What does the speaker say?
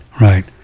right